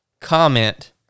comment